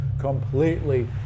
completely